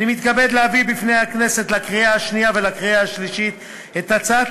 אני מתכבד להביא בפני הכנסת לקריאה השנייה ולקריאה השלישית את הצעת